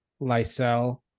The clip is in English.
Lysel